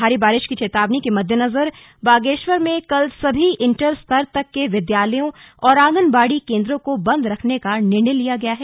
भारी बारिश की चेतावनी के मद्देनजर बागेश्वर में कल सभी इण्टर स्तर तक के विद्यालयों और आगनबाड़ी केंद्रों को बंद रखने का निर्णय लिया गया है